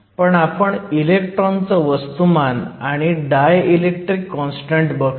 पण आपण इलेक्ट्रॉनचं वस्तूमान आणि डायइलेक्ट्रिक कॉन्स्टंट बदलतोय